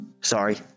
Sorry